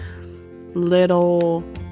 little